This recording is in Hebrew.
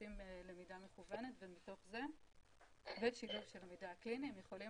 עושים למידה מכוונת ומתוך זה בשילוב של המידע הקליני הם יכולים